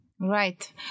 Right